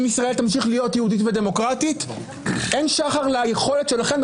אם תחדלו אין שום פצצה.